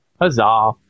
huzzah